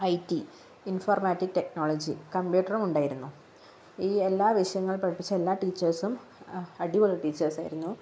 I T informatic technology കമ്പ്യൂട്ടറും ഉണ്ടായിരുന്നു ഈ എല്ലാ വിഷയങ്ങളും പഠിപ്പിച്ച എല്ലാ ടീച്ചേർസും അടിപൊളി ടീച്ചേർസ് ആയിരുന്നു